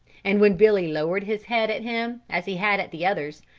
and when billy lowered his head at him, as he had at the others,